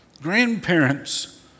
Grandparents